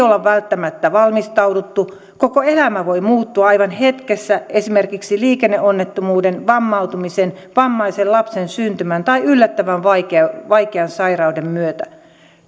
olla välttämättä valmistauduttu koko elämä voi muuttua aivan hetkessä esimerkiksi liikenneonnettomuuden vammautumisen vammaisen lapsen syntymän tai yllättävän vaikean sairauden myötä